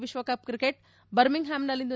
ವಿಶ್ತಕಪ್ cricket ಬರ್ಮಿಂಗ್ಹಾಮ್ನಲ್ಲಿಂದು ಹಿ